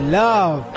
love